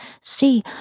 See